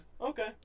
Okay